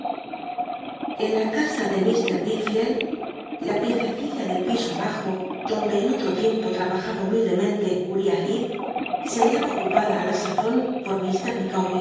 n la casa de mr wickricld la piccccilla clel piso bajo donde en otro tiempo lrnbaj aha humi lclc llente uriah llee se hallaba ocupada i la sazon por